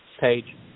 page